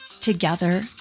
together